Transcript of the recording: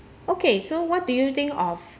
okay so what do you think of